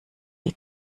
die